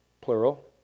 plural